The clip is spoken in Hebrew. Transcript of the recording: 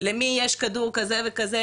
למי יש כדור כזה וכזה,